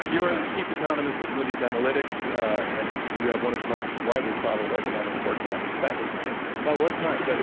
ah you are the chief economist of moody's analytics, and you have one of the most widely followed economic forecasts. that was nice. that was nice, yeah. that was